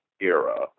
era